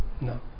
No